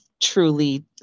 truly